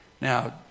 Now